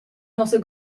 nossa